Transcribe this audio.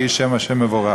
יהי שם ה' מברך".